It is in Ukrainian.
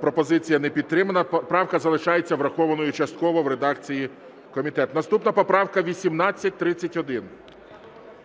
Пропозиція не підтримана. Правка залишається врахованою частково в редакції комітету. Наступна поправка 1831.